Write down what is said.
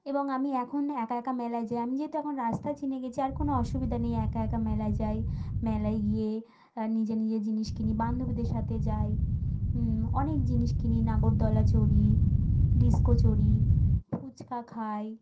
এবং আমি এখন একা একা মেলায় যাই আমি যেহেতু এখন রাস্তা চিনে গেছি আর কোনো অসুবিধা নেই একা একা মেলায় যাই মেলায় গিয়ে নিজের নিজের জিনিস কিনি বান্ধবীদের সাথে যাই অনেক জিনিস কিনি নাগরদোলা চড়ি ডিস্কো চড়ি ফুচকা খাই